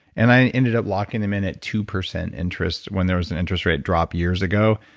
and i ended up locking them in at two percent interest when there was an interest rate drop years ago.